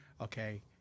Okay